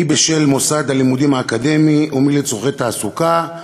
מי בשל מוסד הלימודים האקדמי ומי לצורכי תעסוקה,